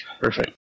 Perfect